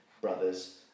brothers